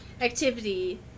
activity